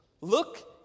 Look